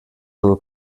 del